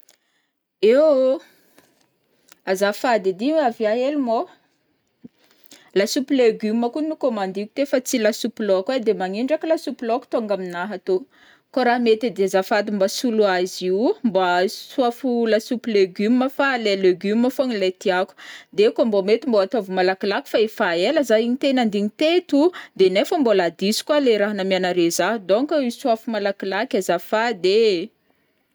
Eo ô, azafady ed ii, avia hely mao, lasopy légumes koun nocommandiko teo fa tsy lasopy laoko ai, de magnino ndraiky lasopy laoko tonga aminahy atô, kao raha mety edy azafady mbô soloa izy io, mba isoafo lasopy légumes fa leha légumes fogna leha tiako, de kô mbô mety mba ataovy malakilaky fa efa ela zah ign teo nandigny teto o de nefa mbola diso koa le raha namianaré zah donc isoafo malakilaky azafady ee.